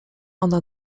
ona